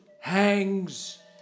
hangs